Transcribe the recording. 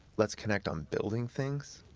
let's connect on building things,